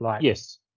Yes